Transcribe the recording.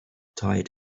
tight